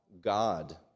God